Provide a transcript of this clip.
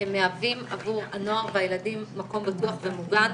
מהווים עבור הנוער והילדים מקום בטוח ומוגן,